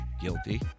guilty